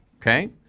okay